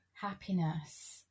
Happiness